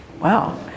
Wow